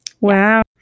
Wow